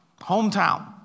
hometown